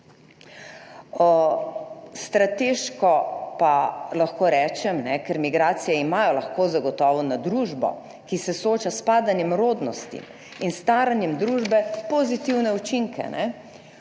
Strateško pa lahko rečem, ker migracije imajo lahko zagotovo na družbo, ki se sooča s padanjem rodnosti in staranjem družbe, pozitivne učinke.